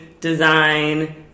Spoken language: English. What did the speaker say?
design